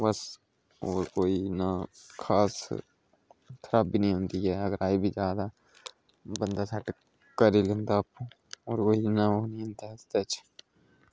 जंदी बस हुन कोई इन्ना खास खराबी नेई आंदी ऐ अगर आई बी जा ते बंदा सैट करी लैंदा आपूं होर कोई इन्ना ओह् नी होंदा ऐ स्ट्रेच